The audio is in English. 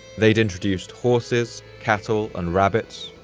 they'd introduced horses, cattle, and rabbits,